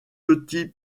petit